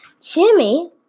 Jimmy